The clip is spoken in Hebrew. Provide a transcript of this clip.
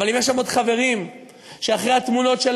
אבל אם יש שם עוד חברים שאחרי התמונות של